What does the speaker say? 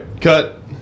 cut